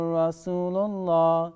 Rasulullah